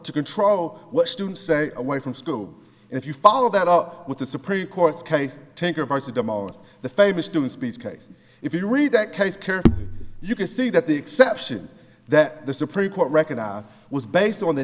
to control what students say away from school and if you follow that up with the supreme court's case tanker parts of the most famous to speech case if you read that case carol you can see that the exception that the supreme court recognized was based on the